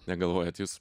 negalvojat jūs